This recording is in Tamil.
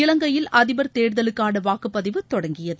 இலங்கையில் அதிபர் தேர்தலுக்கான வாக்குப்பதிவு தொடங்கியது